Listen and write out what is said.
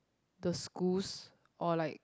the schools or like